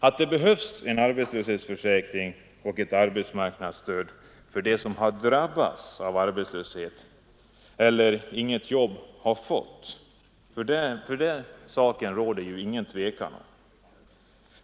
Att det behövs en arbetslöshetsförsäkring och ett arbetsmarknadsstöd för dem som har drabbats av arbetslöshet eller över huvud taget inget jobb har fått, därom råder ingen tvekan.